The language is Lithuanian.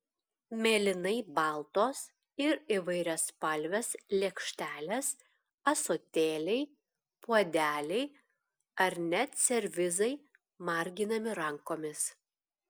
mėlynai baltos ir įvairiaspalvės lėkštelės ąsotėliai puodeliai ar net servizai marginami rankomis